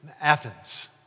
Athens